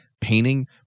painting